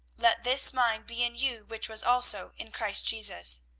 let this mind be in you which was also in christ jesus.